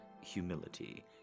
Humility